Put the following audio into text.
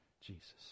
Jesus